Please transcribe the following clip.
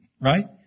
right